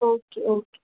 okay okay